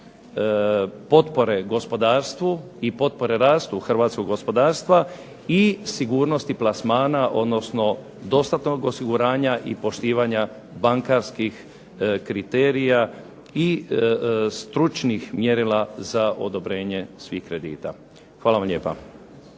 potpore gospodarstvu i potpore rastu hrvatskog gospodarstva i sigurnosti plasmana odnosno dostatnog osiguranja i poštivanja bankarskih kriterija i stručnih mjerila za odobrenje svih kredita. Hvala vam lijepa.